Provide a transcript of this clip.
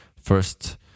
first